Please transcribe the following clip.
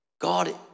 God